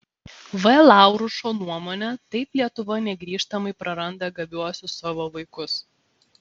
v laurušo nuomone taip lietuva negrįžtamai praranda gabiuosius savo vaikus